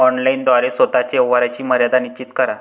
online द्वारे स्वतः च्या व्यवहाराची मर्यादा निश्चित करा